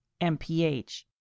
MPH